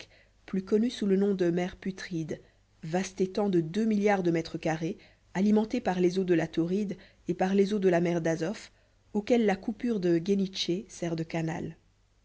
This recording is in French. plus connus sous le nom de mer putride vaste étang de deux milliards de mètres carrés alimenté par les eaux de la tauride et par les eaux de la mer d'azof auxquelles la coupure de ghénitché sert de canal